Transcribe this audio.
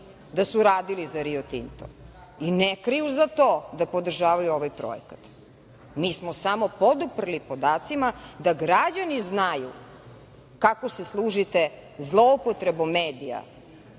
da su radili za „Rio Tinto“ i ne kriju za to da podržavaju ovaj projekat, mi smo samo podupreli podacima da građani znaju kako se služite zloupotrebom medija,